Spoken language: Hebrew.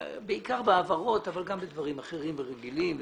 בעיקר בהעברות אבל גם בדברים אחרים רגילים,